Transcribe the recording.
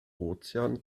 ozean